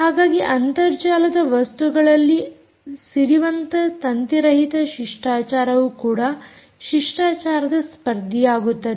ಹಾಗಾಗಿ ಅಂತರ್ಜಾಲದ ವಸ್ತುಗಳಲ್ಲಿ ಸಿರಿವಂತ ತಂತಿರಹಿತ ಶಿಷ್ಟಾಚಾರವು ಕೂಡ ಶಿಷ್ಟಾಚಾರದ ಸ್ಪರ್ಧಿಯಾಗುತ್ತದೆ